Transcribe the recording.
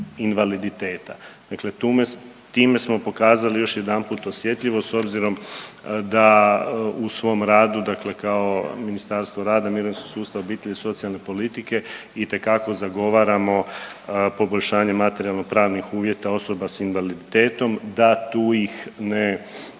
invaliditeta, dakle time smo pokazali još jedanput osjetljivost s obzirom da u svom radu, dakle kao Ministarstvo rada, mirovinskog sustava, obitelji i socijalne politike itekako zagovaramo poboljšanje materijalno-pravnih uvjeta osoba s invaliditetom da tu ih ne